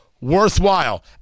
worthwhile